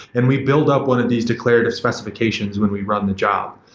and we build up one of these declarative specifications when we run the job.